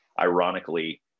ironically